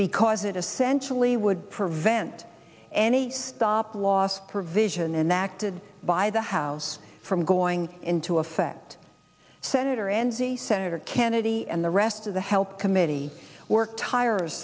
because it essentially would prevent any stop loss provision enacted by the house from going into effect senator enzi senator kennedy and the rest of the health committee work tires